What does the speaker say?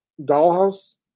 Dollhouse